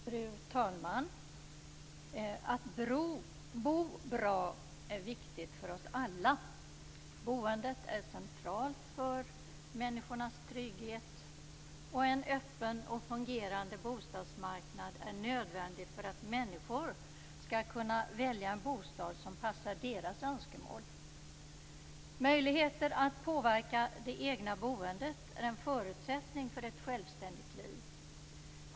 Fru talman! Att bo bra är viktigt för oss alla. Boendet är centralt för människornas trygghet. En öppen och fungerande bostadsmarknad är nödvändig för att människor skall kunna välja en bostad som passar deras önskemål. Möjligheter att påverka det egna boendet är en förutsättning för ett självständigt liv.